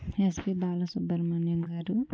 SP Balasubrahmanyam గారు